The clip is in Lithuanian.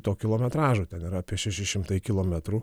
to kilometražo ten yra apie šeši šimtai kilometrų